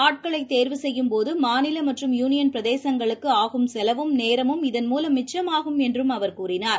ஆட்களைதேர்வு செய்யும்போதமாநிலமற்றம் யூனியன் பிரதேசங்களுக்குஆகும் செலவும் நேரமும் இதன்மூலம் மிச்சமாகும் என்றுஅவர் கூறினார்